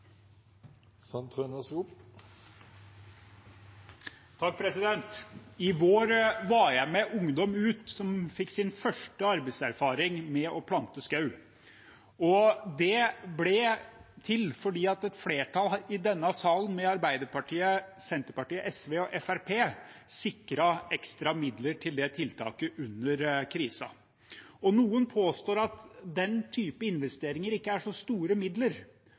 I vår var jeg med ungdom ut som fikk sin første arbeidserfaring med å plante skog. Det ble til fordi et flertall i denne salen, med Arbeiderpartiet, Senterpartiet, SV og Fremskrittspartiet, sikret ekstra midler til det tiltaket under krisen. Noen påstår at den typen investeringer ikke er så store midler,